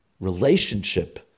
relationship